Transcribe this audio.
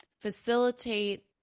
facilitate